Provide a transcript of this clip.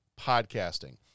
podcasting